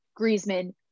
Griezmann